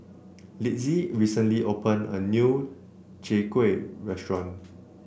Litzy recently opened a new Chai Kueh restaurant